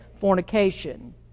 fornication